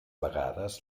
vegades